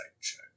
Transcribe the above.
check